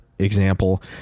Example